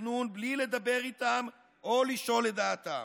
ובתכנון בלי לדבר איתם או לשאול לדעתם.